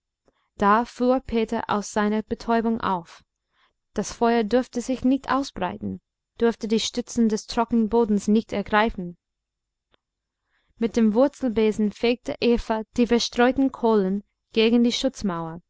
da fuhr peter aus seiner betäubung auf das feuer durfte sich nicht ausbreiten durfte die stützen des trockenbodens nicht ergreifen mit dem wurzelbesen fegte eva die verstreuten kohlen gegen die schutzmauer